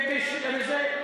מה עם נאמנות למדינת ישראל?